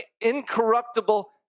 incorruptible